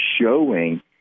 showing